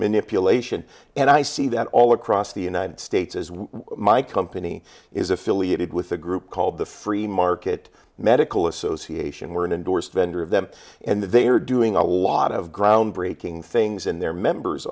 manipulation and i see that all across the united states as my company is affiliated with a group called the free market medical association where indorsed vender of them and they are doing a lot of groundbreaking things in their members